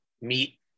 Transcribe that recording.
meet